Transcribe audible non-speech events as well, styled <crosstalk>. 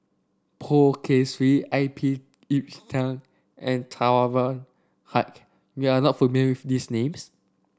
Poh Kay Swee I P Yiu Tung and <unintelligible> Haque you are not familiar with these names